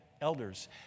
elders